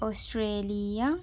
Australia